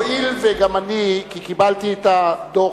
הואיל וגם אני קיבלתי את הדוח,